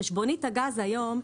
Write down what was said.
חשבונית הגז היום,